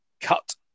cut